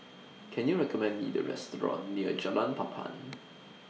Can YOU recommend Me A Restaurant near Jalan Papan